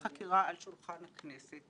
המונח "הנחה"